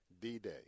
D-Day